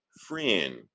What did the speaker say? friend